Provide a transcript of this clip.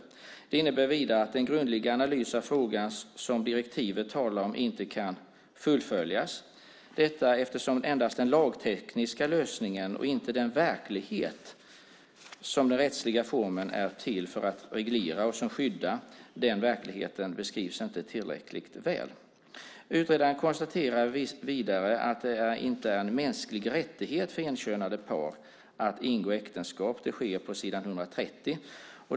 Avgränsningen innebär vidare att den grundliga analys av frågan som direktivet talar om inte kan fullföljas - detta eftersom endast den lagtekniska lösningen, inte den verklighet som den rättsliga formen är till för att reglera och skydda, tillräckligt väl beskrivs. Vidare konstaterar utredaren att det inte är en mänsklig rättighet för enkönade par att ingå äktenskap, s. 130.